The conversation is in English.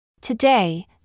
Today